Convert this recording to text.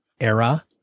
era